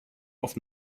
auf